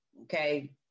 okay